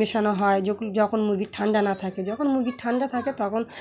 মেশানো হয় য যখন মুরগির ঠান্ডা না থাকে যখন মুরগির ঠান্ডা থাকে তখন